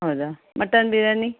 ಹೌದಾ ಮಟನ್ ಬಿರ್ಯಾನಿ